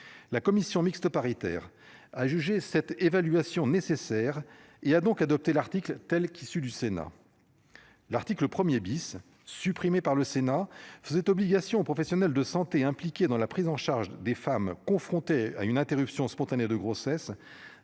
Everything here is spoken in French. La commission mixte paritaire a jugé cette évaluation nécessaire. Il a donc adopté l'article telle qu'issue du Sénat. L'article 1er bis supprimé par le Sénat faisait obligation aux professionnels de santé. Dans la prise en charge des femmes confrontées à une interruption spontanée de grossesse